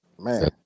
man